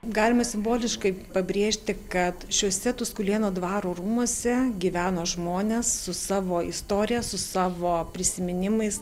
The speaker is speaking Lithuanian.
galima simboliškai pabrėžti kad šiuose tuskulėnų dvaro rūmuose gyveno žmonės su savo istorija su savo prisiminimais